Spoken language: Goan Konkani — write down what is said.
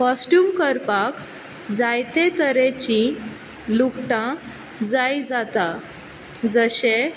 कोस्ट्यूम करपाक जायते तरेची लुगटां जाय जाता जशें